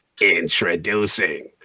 Introducing